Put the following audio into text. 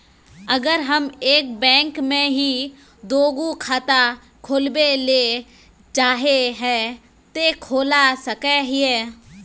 अगर हम एक बैंक में ही दुगो खाता खोलबे ले चाहे है ते खोला सके हिये?